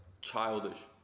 childish